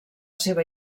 seva